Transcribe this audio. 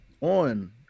on